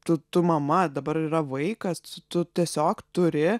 tu tu mama dabar yra vaikas tu tiesiog turi